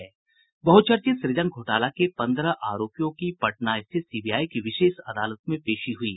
बहुचर्चित सृजन घोटाले के पंद्रह आरोपियों की पटना स्थित सीबीआई की विशेष अदालत में पेशी हुयी